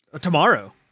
tomorrow